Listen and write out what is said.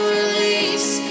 release